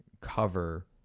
cover